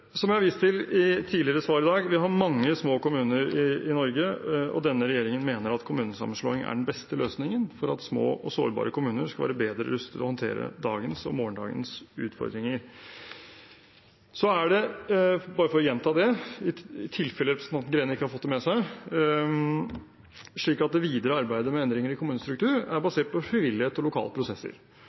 tidligere svar i dag, har vi mange små kommuner i Norge, og denne regjeringen mener at kommunesammenslåing er den beste løsningen for at små og sårbare kommuner skal være bedre rustet til å håndtere dagens og morgendagens utfordringer. For å gjenta det, i tilfelle representanten Greni ikke har fått det med seg, er det slik at det videre arbeidet med endringer i kommunestrukturen er basert på frivillighet og lokale prosesser.